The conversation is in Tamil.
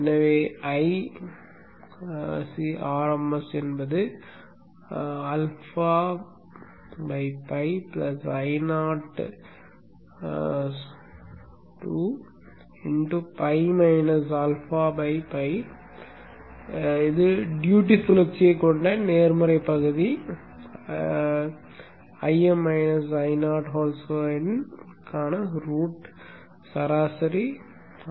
எனவே Icrms என்பது απ Io2 π -α π இன் டியூட்டி சுழற்சியைக் கொண்ட நேர்மறை பகுதி Im -Io2க்கான ரூட் சராசரி ஸ்கொயர்